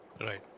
Right